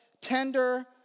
tender